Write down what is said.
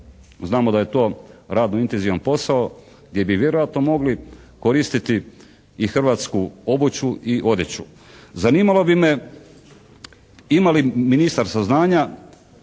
Znamo da je to radno intenzivan posao gdje bi vjerojatno mogli koristiti i hrvatsku obuću i odjeću. Zanimalo bi me ima li ministar saznanja